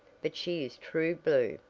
but she is true-blue,